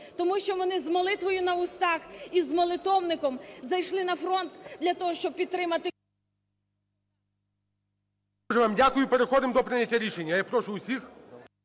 тому що вони з молитвою на вустах і з молитовником зайшли на фронт для того, щоб підтримати… ГОЛОВУЮЧИЙ. Дуже вам дякую. Переходимо до прийняття рішення. Я прошу усіх…